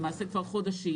למעשה כבר חודשים,